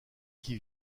qui